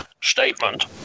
statement